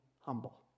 humble